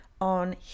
on